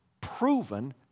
proven